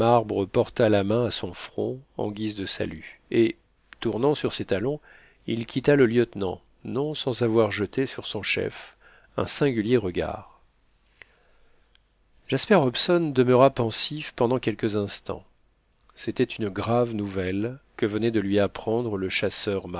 marbre porta la main à son front en guise de salut et tournant sur ses talons il quitta le lieutenant non sans avoir jeté sur son chef un singulier regard jasper hobson demeura pensif pendant quelques instants c'était une grave nouvelle que venait de lui apprendre le chasseur